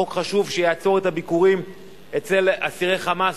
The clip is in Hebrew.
חוק חשוב שיעצור את הביקורים אצל אסירי "חמאס"